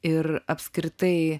ir apskritai